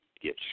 get